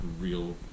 real